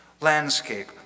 landscape